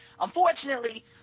Unfortunately